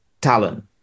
talent